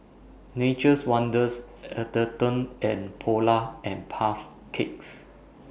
Nature's Wonders Atherton and Polar and Puff Cakes